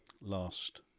last